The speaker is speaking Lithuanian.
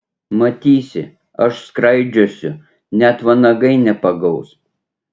matysi aš skraidžiosiu net vanagai nepagaus